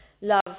love